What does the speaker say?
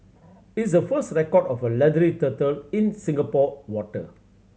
it's the first record of a leathery turtle in Singapore water